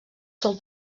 sol